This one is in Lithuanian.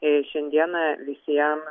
ir šiandieną visiem